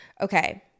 okay